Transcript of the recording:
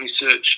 research